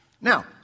Now